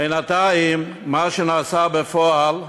בינתיים, מה שנעשה בפועל,